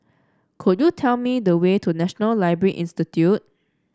could you tell me the way to National Library Institute